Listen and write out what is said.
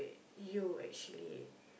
you actually